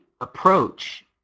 approach